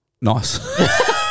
Nice